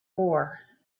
war